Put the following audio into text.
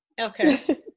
Okay